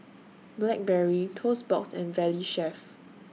Blackberry Toast Box and Valley Chef